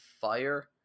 fire